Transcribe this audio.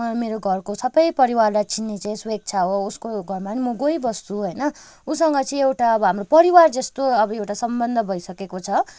मलाई मेरो घरको सबै परिवारलाई चिन्ने चाहिँ सुवेक्षा हो उसको घरमा पनि म गइबस्छु होइन उसँग चाहिँ एउटा अब हाम्रो परिवार जस्तो अब एउटा सम्बन्ध भइसकेको छ